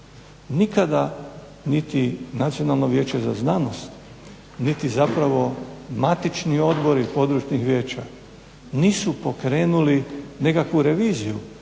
Nikada niti Nacionalno vijeće za znanost niti zapravo matični odbori područnih vijeća nisu pokrenuli nekakvu reviziju